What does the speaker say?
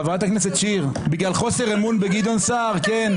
חברת הכנסת שיר, בגלל חוסר אמון בגדעון סער, כן.